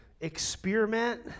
experiment